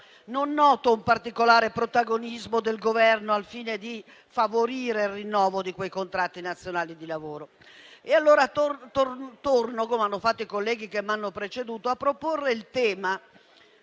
Non noto un particolare protagonismo del Governo al fine di favorire il rinnovo di quei contratti nazionali di lavoro. Torno, dunque - come hanno fatto i colleghi che mi hanno preceduto - a proporre il tema